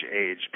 age